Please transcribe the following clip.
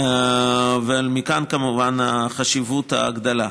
ומכאן כמובן החשיבות הגדולה,